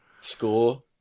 Score